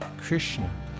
krishna